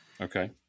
Okay